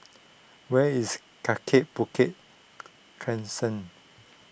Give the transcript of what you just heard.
where is Kaki Bukit Crescent